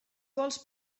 vols